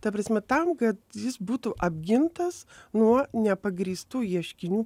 ta prasme tam kad jis būtų apgintas nuo nepagrįstų ieškinių